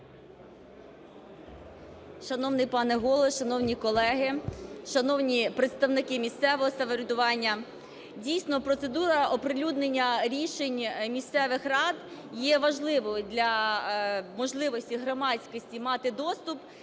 Шановний пане Голово, шановні колеги! Шановні представники місцевого самоврядування! Дійсно, процедура оприлюднення рішень місцевих рад є важливою для можливості громадськості мати доступ